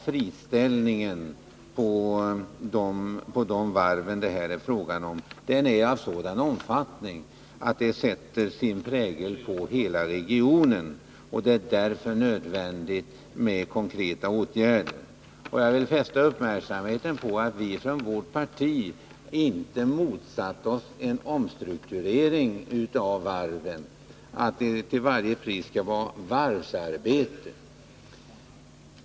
Friställningen vid varven som det här är fråga om är av sådan omfattning att det sätter sin prägel på hela regionen. Det är därför nödvändigt med konkreta åtgärder, och jag vill fästa uppmärksamheten på att vi från vårt parti inte har motsatt oss en omstrukturering av varven, att det till varje pris skall vara varvsarbete.